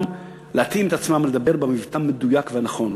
להתאים את עצמם לדבר במבטא מדויק ונכון.